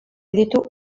ditu